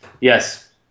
Yes